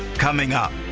coming up,